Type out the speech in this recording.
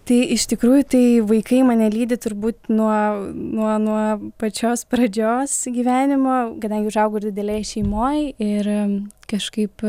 tai iš tikrųjų tai vaikai mane lydi turbūt nuo nuo nuo pačios pradžios gyvenimo kadangi užaugau didelėj šeimoj ir kažkaip